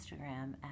Instagram